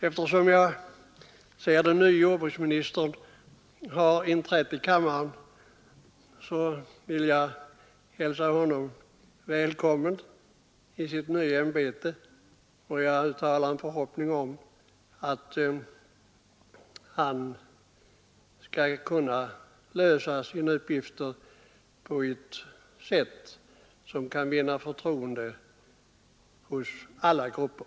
Eftersom jag ser att den nye jordbruksministern har inträtt i kammaren vill jag hälsa honom välkommen i hans nya ämbete, och jag uttalar en förhoppning om att han skall kunna lösa sina uppgifter på ett sätt som kan vinna förtroende hos alla grupper.